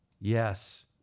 Yes